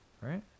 right